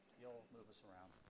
you'll move us around.